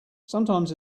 sometimes